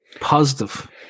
positive